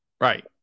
Right